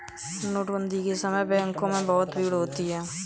नोटबंदी के समय पर बैंकों में बहुत भीड़ होती थी